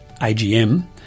AGM